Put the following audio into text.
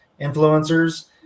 influencers